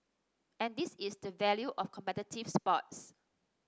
and this is the value of competitive sports